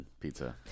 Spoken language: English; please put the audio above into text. pizza